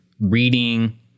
reading